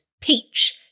peach